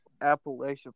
appalachia